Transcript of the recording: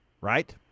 Right